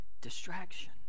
distraction